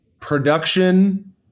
production